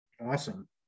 Awesome